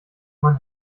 mann